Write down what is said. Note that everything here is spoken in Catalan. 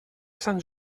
sant